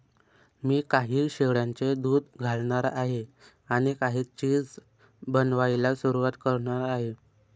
मी काही शेळ्यांचे दूध घालणार आहे आणि काही चीज बनवायला सुरुवात करणार आहे